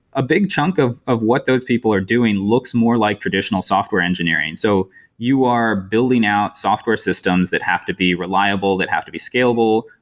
a big chunk of of what those people are doing looks more like traditional software engineering. so you are building out software systems that have to be reliable, that have to be scalable.